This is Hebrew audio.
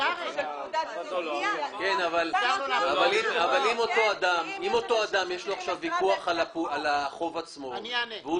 אם אותו אדם יש לו ויכוח על החוב עצמו והוא